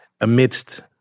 amidst